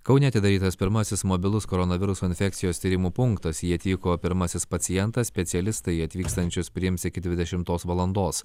kaune atidarytas pirmasis mobilus koronaviruso infekcijos tyrimų punktas į jį atvyko pirmasis pacientas specialistai atvykstančius priims iki dvidešimtos valandos